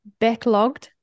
Backlogged